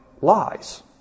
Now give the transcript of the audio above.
lies